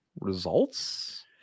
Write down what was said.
Results